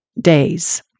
days